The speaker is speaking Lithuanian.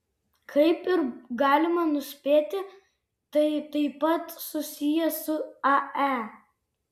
kaip ir galima nuspėti tai taip pat susiję su ae